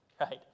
right